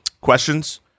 Questions